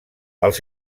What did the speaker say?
els